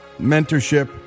mentorship